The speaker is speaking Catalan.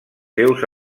seus